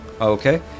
Okay